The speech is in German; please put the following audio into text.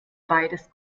beides